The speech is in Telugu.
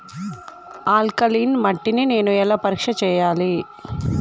ఆల్కలీన్ మట్టి ని నేను ఎలా పరీక్ష చేయాలి?